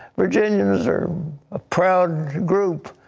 virginians are a proud group.